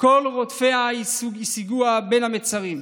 כל רדפיה השיגוה בין המצרים".